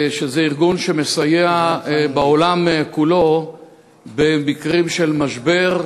שזה ארגון שמסייע בעולם כולו במקרים של משבר,